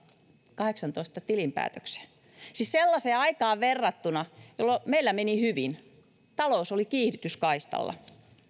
kahdeksaantoista tilinpäätökseen siis sellaiseen aikaan verrattuna jolloin meillä meni hyvin talous oli kiihdytyskaistalla